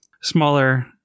smaller